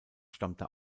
stammte